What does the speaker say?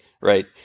right